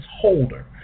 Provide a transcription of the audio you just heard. holder